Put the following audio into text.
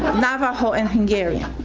navajo and hungarian.